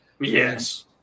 Yes